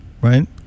right